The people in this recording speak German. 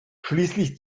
schließlich